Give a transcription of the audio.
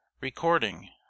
Recording